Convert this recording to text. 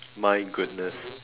my goodness